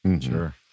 Sure